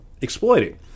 exploiting